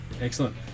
Excellent